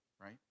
right